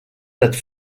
plate